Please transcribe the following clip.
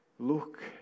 look